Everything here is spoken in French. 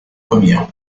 premières